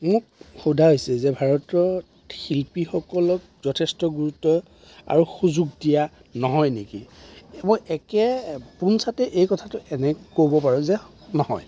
মোক সোধা হৈছে যে ভাৰতত শিল্পীসকলক যথেষ্ট গুৰুত্ব আৰু সুযোগ দিয়া নহয় নেকি মই একে পোনছাতেই এই কথাটো এনেকৈ ক'ব পাৰোঁ যে নহয়